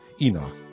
Enoch